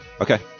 Okay